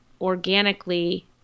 organically